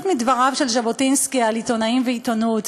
מדבריו של ז'בוטינסקי על עיתונאים ועיתונות.